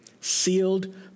Sealed